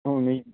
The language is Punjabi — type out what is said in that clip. ਓਵੇਂ ਹੀ